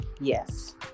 Yes